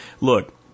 Look